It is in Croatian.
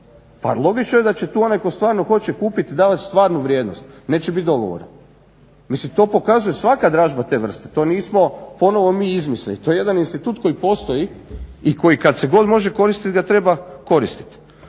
Pa logično je da će tu onaj tko stvarno hoće kupiti davati stvarnu vrijednost, neće biti dogovora. Mislim to pokazuje svaka dražba te vrste, to nismo ponovno mi izmislili. To je jedan institut koji postoji i koji kada se god može koristiti ga treba koristiti.